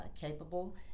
capable